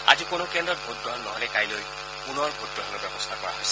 আজি কোনো কেন্দ্ৰত ভোটগ্ৰহণ নহ'লে কাইলৈ পূনৰ ভোটগ্ৰহণৰ ব্যৱস্থা কৰা হৈছে